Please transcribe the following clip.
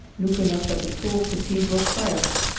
looking up at the tall cathedral spires.